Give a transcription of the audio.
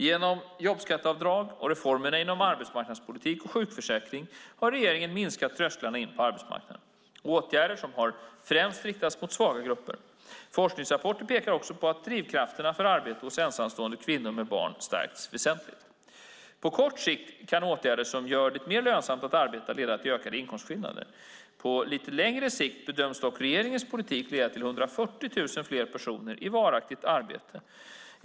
Genom jobbskatteavdragen och reformerna inom arbetsmarknadspolitiken och sjukförsäkringen har regeringen minskat trösklarna in på arbetsmarknaden. Åtgärderna har främst riktats mot svaga grupper. Forskningsrapporter pekar också på att drivkrafterna för arbete hos ensamstående kvinnor med barn stärkts väsentligt. På kort sikt kan åtgärder som gör det mer lönsamt att arbeta leda till ökade inkomstskillnader. På lite längre sikt bedöms dock regeringens politik leda till 140 000 fler personer i varaktigt arbete.